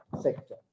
sector